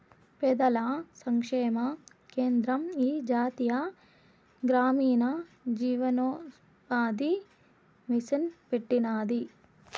పేదల సంక్షేమ కేంద్రం ఈ జాతీయ గ్రామీణ జీవనోపాది మిసన్ పెట్టినాది